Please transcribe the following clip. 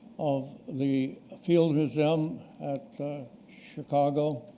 of the field museum at chicago,